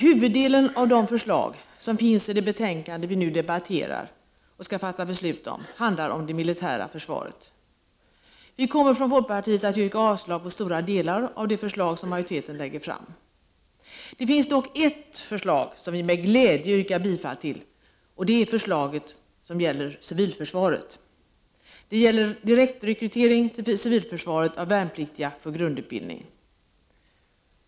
Huvuddelen av de förslag som finns i det betänkande vi nu debatterar och skall fatta beslut om handlar om det militära försvaret. Vi kommer från folkpartiet att yrka avslag på stora delar av de förslag som majoriteten lägger fram. Det finns dock ett förslag som vi med glädje yrkar bifall till, och det förslaget gäller civilförsvaret. Det gäller direktrekrytering, till civilförsvaret av värnpliktiga för grundutbildning.